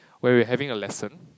where we having a lesson